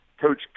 Coach